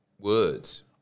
Words